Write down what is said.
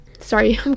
Sorry